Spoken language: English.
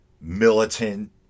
militant